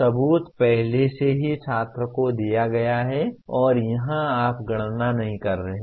सबूत पहले से ही छात्र को दिया गया है और यहां आप गणना नहीं कर रहे हैं